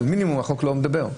אבל על מינימום החוק לא מדבר.